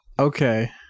Okay